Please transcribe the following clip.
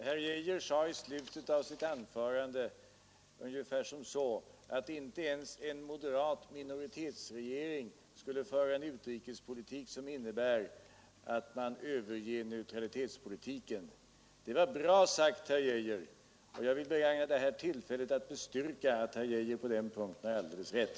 Herr talman! Herr Geijer sade i slutet av sitt anförande ungefär som så, att inte ens en moderat minoritetsregering skulle föra en utrikespolitik, som innebär att man överger neutralitetspolitiken. Det var bra sagt, herr Geijer. Jag vill begagna detta tillfälle att bestyrka att herr Geijer på den punkten har alldeles rätt.